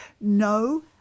no